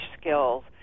skills